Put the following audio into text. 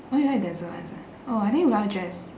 oh you like denser ones ah I think well dressed